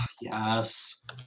yes